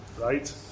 Right